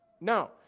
No